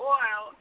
oil